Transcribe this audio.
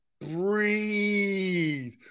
Breathe